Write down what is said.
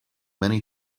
many